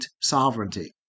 sovereignty